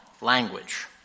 language